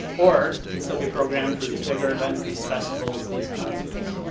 or can still be programmed for these bigger events, these festivals, these concerts.